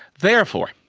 therefore,